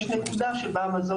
יש נקודה שבה המזון